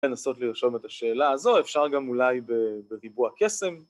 לנסות לרשום את השאלה הזו, אפשר גם אולי בריבוע קסם.